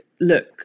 look